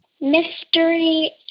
Mystery